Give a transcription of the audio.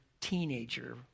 teenager